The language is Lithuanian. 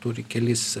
turi kelis